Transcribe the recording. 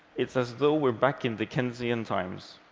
it's as though we're back in dickensian times,